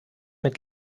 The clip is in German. mit